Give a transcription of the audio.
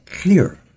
clear